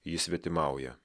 ji svetimauja